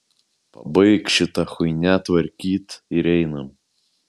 pabaik šitą chuinią tvarkyt ir einam